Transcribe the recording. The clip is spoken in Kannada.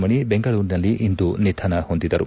ಮಣಿ ಬೆಂಗಳೂರಿನಲ್ಲಿಂದು ನಿಧನ ಹೊಂದಿದರು